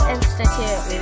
Institute